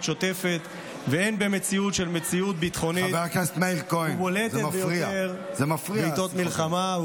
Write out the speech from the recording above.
שוטפת והן במציאות ביטחונית בולטת ביותר בעיתות מלחמה,